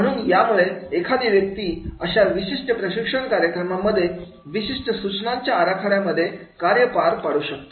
म्हणून यामुळे एखादी व्यक्ती अशा विशिष्ट प्रशिक्षण कार्यक्रमांमध्ये विशिष्ट सूचनांच्या आराखड्यामध्ये कार्य पार पाडू शकते